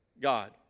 God